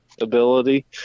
ability